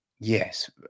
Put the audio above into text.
Yes